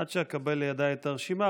עד שאקבל לידיי את הרשימה,